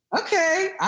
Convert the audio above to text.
Okay